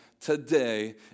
today